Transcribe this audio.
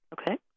Okay